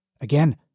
Again